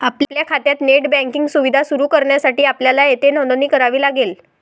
आपल्या खात्यात net banking सुविधा सुरू करण्यासाठी आपल्याला येथे नोंदणी करावी लागेल